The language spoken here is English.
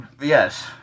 yes